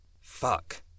Fuck